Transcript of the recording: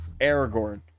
aragorn